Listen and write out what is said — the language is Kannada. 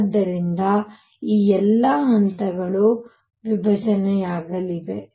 ಆದ್ದರಿಂದ ಈ ಎಲ್ಲಾ ಹಂತಗಳು ವಿಭಜನೆಯಾಗಲಿವೆ